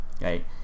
right